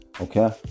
Okay